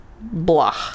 blah